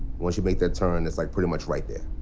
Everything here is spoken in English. once you make that turn it's like pretty much right there.